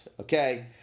okay